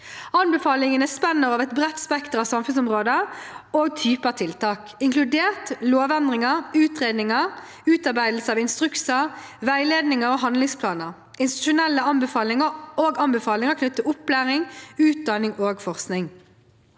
Anbefalingene spenner over et bredt spekter av samfunnsområder og typer tiltak – inkludert lovendringer, utredninger, utarbeidelse av instrukser, veiledninger og handlingsplaner, institusjonelle anbefalinger og anbefalinger knyttet til opplæring, utdanning og forskning.